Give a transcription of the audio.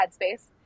headspace